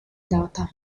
data